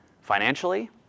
Financially